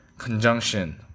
Conjunction